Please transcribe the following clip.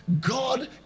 God